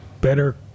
better